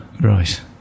Right